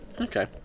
Okay